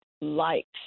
likes